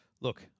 Look